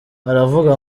aravuga